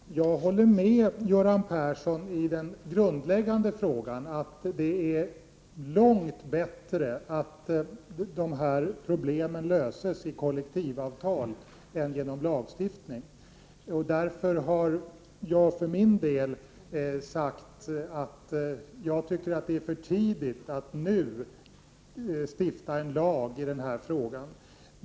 Herr talman! Jag håller med Göran Persson i den grundläggande frågan — att det är långt bättre att de här problemen löses genom kollektivavtal än genom lagstiftning. Därför har jag för min del sagt att jag tycker att det är för tidigt att man nu stiftar en lag om detta.